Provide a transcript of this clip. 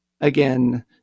again